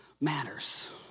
matters